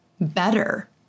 better